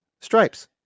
Stripes